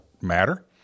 matter